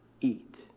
eat